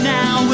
now